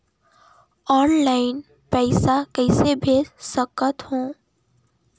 Online पइसा कइसे भेज सकत हो?